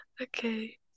Okay